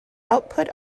output